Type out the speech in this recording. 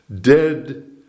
Dead